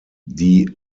die